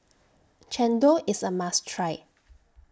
Chendol IS A must Try